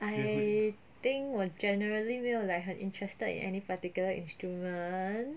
I think 我 generally 没有 like 很 interested in any particular instrument